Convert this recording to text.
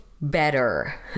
better